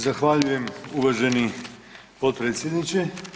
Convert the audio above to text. Zahvaljujem uvaženi potpredsjedniče.